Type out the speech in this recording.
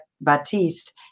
Baptiste